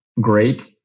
great